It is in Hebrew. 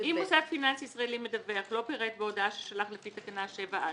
אם מוסד פיננסי ישראלי מדווח לא פירט בהודעה ששלח לפי תקנה 7(א)